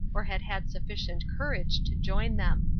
or had had sufficient courage to join them.